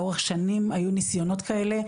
לאורך שנים היו נסיונות כאלה,